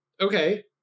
Okay